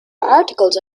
articles